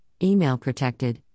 EmailProtected